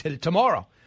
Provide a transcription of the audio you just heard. tomorrow